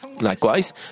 Likewise